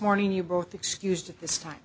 morning you both excused this time